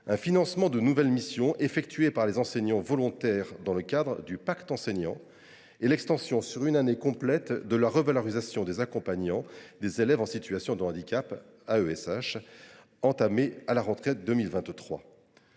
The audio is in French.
un financement des nouvelles missions accomplies par des enseignants volontaires dans le cadre du pacte enseignant et l’extension, sur une année complète, de la revalorisation des accompagnants d’élèves en situation de handicap entamée à la rentrée 2023.